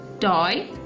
Toy